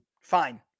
fine